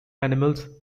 animals